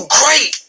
great